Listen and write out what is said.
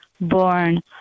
born